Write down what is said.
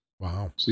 Wow